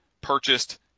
purchased